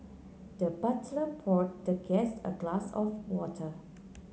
the butler poured the guest a glass of water